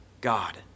god